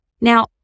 Now